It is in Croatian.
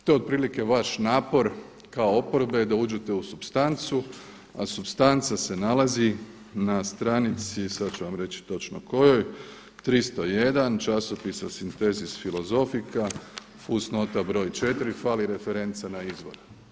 To je otprilike vaš napor kao oporbe da uđete u supstancu, a supstanca se nalazi na stranici, sada ću vam reći točno kojoj 301, časopis o Synthesis philosophica, fusnota broj 4, fali referenca na izvor.